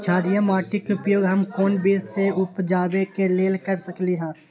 क्षारिये माटी के उपयोग हम कोन बीज के उपजाबे के लेल कर सकली ह?